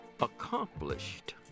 accomplished